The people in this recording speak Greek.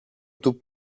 του